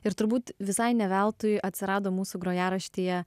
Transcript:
ir turbūt visai ne veltui atsirado mūsų grojaraštyje